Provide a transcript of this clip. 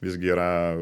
visgi yra